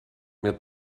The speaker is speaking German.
mir